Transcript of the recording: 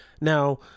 Now